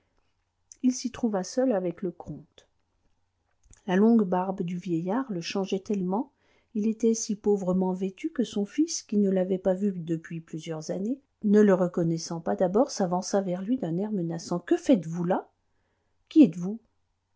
il s'y trouva seul avec le comte la longue barbe du vieillard le changeait tellement il était si pauvrement vêtu que son fils qui ne l'avait pas vu depuis plusieurs années ne le reconnaissant pas d'abord s'avança vers lui d'un air menaçant que faites-vous là qui êtes-vous